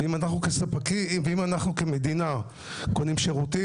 ואם אנחנו כמדינה קונים שירותים,